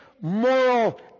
moral